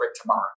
tomorrow